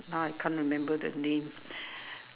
now I can't remember the name